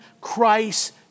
Christ